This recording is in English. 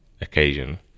Occasion